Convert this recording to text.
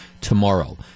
tomorrow